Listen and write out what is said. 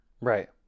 Right